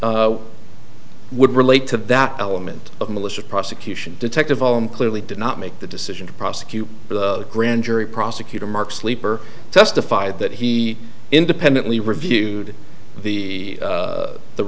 report would relate to that element of malicious prosecution detective own clearly did not make the decision to prosecute the grand jury prosecutor mark sleeper testified that he independently reviewed the